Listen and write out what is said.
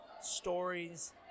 stories